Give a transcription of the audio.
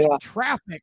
traffic